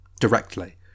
directly